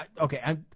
Okay